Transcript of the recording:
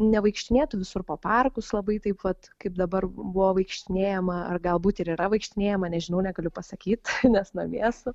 nevaikštinėtų visur po parkus labai taip pat kaip dabar buvo vaikštinėjama ar galbūt ir yra vaikštinėjama nežinau negaliu pasakyt nes namie esu